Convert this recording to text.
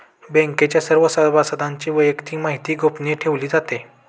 बँकेच्या सर्व सदस्यांची वैयक्तिक माहिती गोपनीय ठेवली जाते